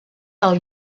del